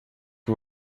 que